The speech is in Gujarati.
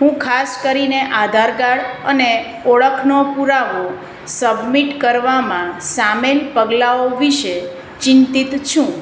હું ખાસ કરીને આધાર કાર્ડ અને ઓળખનો પુરાવો સબમિટ કરવામાં સામેલ પગલાંઓ વિશે ચિંતિત છું